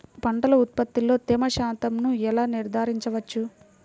పంటల ఉత్పత్తిలో తేమ శాతంను ఎలా నిర్ధారించవచ్చు?